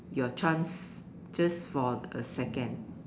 your chance just for a second